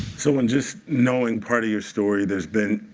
so in just knowing part of your story, there's been